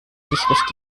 sich